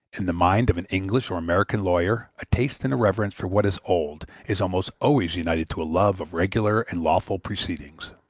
in the mind of an english or american lawyer a taste and a reverence for what is old is almost always united to a love of regular and lawful proceedings.